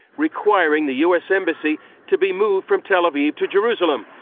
rerequiring the u s. embassy to be moved from tel aviv to jerusalem.